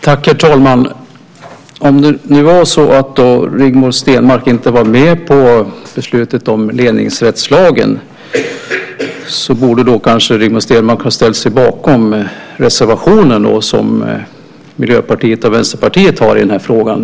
Herr talman! Om Rigmor Stenmark inte var med på beslutet om ledningsrättslagen borde Rigmor Stenmark ha ställt sig bakom reservationen från Miljöpartiet och Vänsterpartiet i den här frågan.